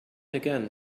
again